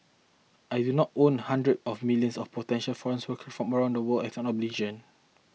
I do not owe hundreds of millions of potential foreign workers from around the world an obligation